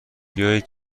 بیایید